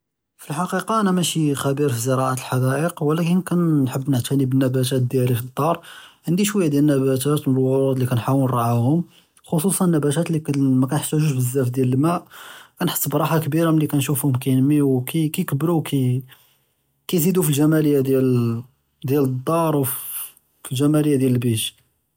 פאלחקיקה אנה מאשי חביר פזרעא אלחדאיק אבל נحب נעטני בנבתאת דיאלי פלאדאר עינדי שוויה דיאל אלנבתאת ואלורוד לי כאןחاول נרעאהום חצוסן אלנבתאת לי מא כאיחתגוש בזאף דיאל אלמא כאנחס בראחה כבירא מלי כאנשופהום כאינמיו כאיכברו כאיזידו פאלג'מאליה דיאל אלדאר ופלג'מאליה דיאל אלבית.